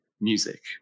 music